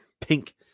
pink